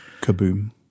Kaboom